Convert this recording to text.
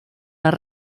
les